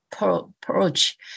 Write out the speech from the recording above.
approach